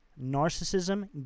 Narcissism